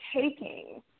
taking